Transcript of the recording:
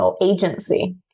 agency